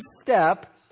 step